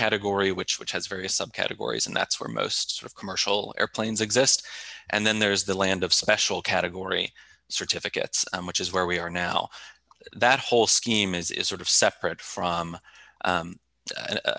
category which which has various subcategories and that's where most of commercial airplanes exist and then there's the land of special category certificates which is where we are now that whole scheme is is sort of separate from